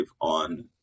on